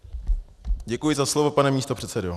Děkuji za slovo, pane místopředsedo.